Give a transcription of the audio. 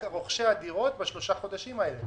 רק רוכשי הדירות בשלושת החודשים האלה.